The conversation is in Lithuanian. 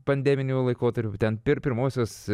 pandeminiu laikotarpiu ten per pirmuosius